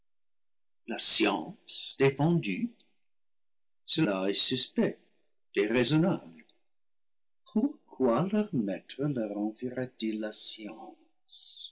la science défendue cela est suspect déraisonna ble pourquoi leur maître leur envierait il